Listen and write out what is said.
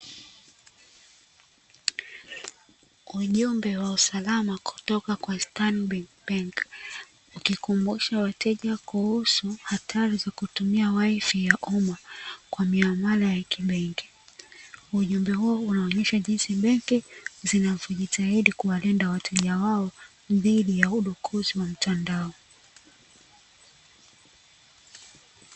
Ujumbe wa usalama kutoka kwa Stanbiki benki, ukikumbusha wateja kuhusu hatari za kutumia waifi ya uma kwa miamala ya kibenki, ujumbe huo unaonyesha jinsi benki zinavyojitahidi kuwalinda wateja wao dhidi ya udukuzi wa mtandao.